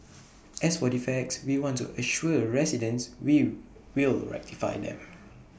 as for defects we want to assure residents we will rectify them